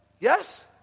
Yes